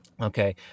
Okay